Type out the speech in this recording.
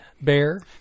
bear